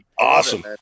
Awesome